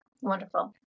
Wonderful